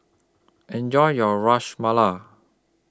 Enjoy your Rash Mala